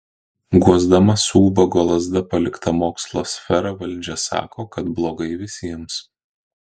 guosdama su ubago lazda paliktą mokslo sferą valdžia sako kad blogai visiems